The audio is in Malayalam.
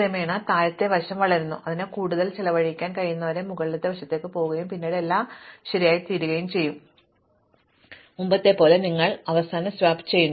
ക്രമേണ താഴത്തെ വശം വളരുന്നു അതിന് കൂടുതൽ ചെലവഴിക്കാൻ കഴിയുന്നതുവരെ മുകളിലത്തെ വശത്തേക്ക് പോകുകയും പിന്നീട് എല്ലാം ശരിയായിത്തീരുകയും ചെയ്യും മുമ്പത്തെപ്പോലെ നിങ്ങൾ അന്തിമ സ്വാപ്പ് ചെയ്യുന്നു